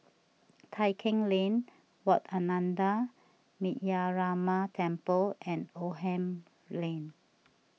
Tai Keng Lane Wat Ananda Metyarama Temple and Oldham Lane